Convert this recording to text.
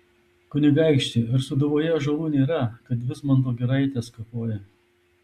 kunigaikšti ar sūduvoje ąžuolų nėra kad vismanto giraites kapoji